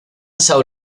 são